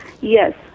yes